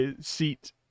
seat